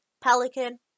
Pelican